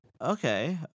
Okay